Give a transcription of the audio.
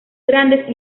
grandes